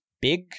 big